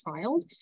child